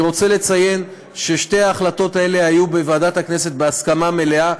אני רוצה לציין ששתי ההחלטות האלה היו בוועדת הכנסת בהסכמה מלאה,